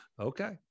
okay